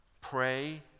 pray